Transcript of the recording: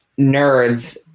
nerds